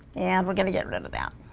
and we're gonna get rid of that